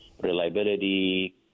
reliability